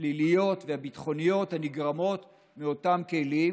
הפליליות והביטחוניות הנגרמות מאותם כלים